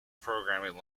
programming